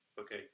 okay